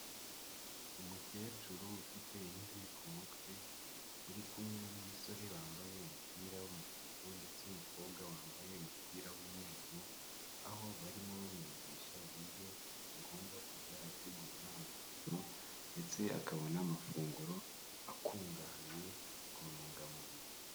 Umukecuru ufite imvi ku mutwe, uri kumwe n'umusore wambaye umupira w'umutuku ndetse n'umukobwa wambaye umupira w'umweru, aho barimo bamwigisha uburyo agomba kujya ategura amafunguro ndetse akabona n'amafunguro akungahaye ku ntungamubiri.